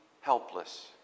helpless